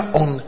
on